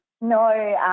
No